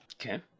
Okay